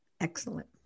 Excellent